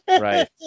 right